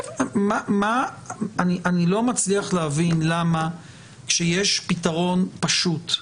אני לא מצליח להבין למה כשיש פתרון פשוט,